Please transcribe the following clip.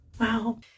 Wow